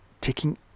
taking